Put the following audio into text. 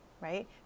right